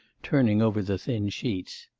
turning over the thin sheets.